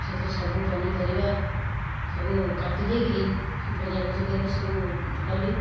ସେଥିରେ ସବୁ ପନିପରିବା ସବୁ କାଟି ଦେଇକିରି ଭଜାଭାଜି କରିକି ସବୁ କଲି